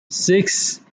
six